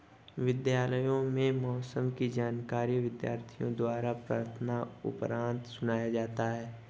विद्यालयों में मौसम की जानकारी विद्यार्थियों द्वारा प्रार्थना उपरांत सुनाया जाता है